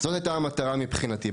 זאת הייתה המטרה מבחינתי.